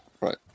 right